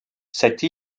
cette